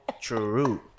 True